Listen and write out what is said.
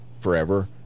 forever